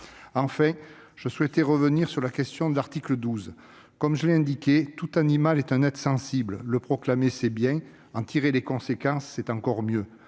Enfin, je souhaite revenir sur l'article 12. Comme je l'ai indiqué, tout animal est un être sensible : le proclamer, c'est bien ; en tirer toutes les conséquences, c'est encore mieux.